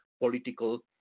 political